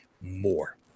more